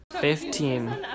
Fifteen